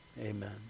amen